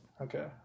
Okay